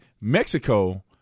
Mexico